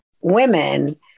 women